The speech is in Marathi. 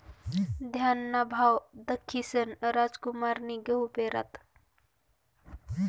धान्यना भाव दखीसन रामकुमारनी गहू पेरात